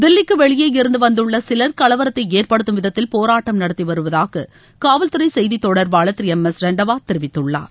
தில்லிக்கு வெளியே இருந்து வந்துள்ள சிலர் கலவரத்தை ஏற்படுத்தும் விதத்தில் போராட்டம் நடத்தி வருவதாக காவல்துறை செய்தித் தொடர்பாளர் திரு எம் எஸ் ரண்டாவா தெரிவித்துள்ளார்